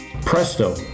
Presto